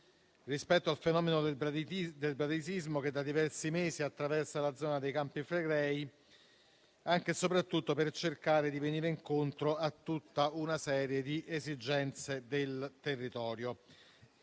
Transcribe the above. rispetto al fenomeno del bradisismo che da diversi mesi attraversa la zona dei Campi Flegrei, anche e soprattutto per cercare di venire incontro a tutta una serie di esigenze del territorio.